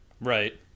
Right